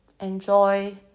enjoy